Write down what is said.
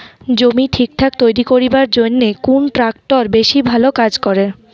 জমি ঠিকঠাক তৈরি করিবার জইন্যে কুন ট্রাক্টর বেশি ভালো কাজ করে?